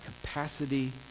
capacity